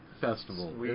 festival